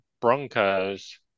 Broncos